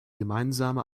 gemeinsame